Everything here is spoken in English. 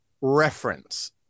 reference